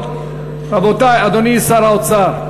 אדוני שר האוצר,